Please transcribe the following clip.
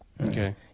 Okay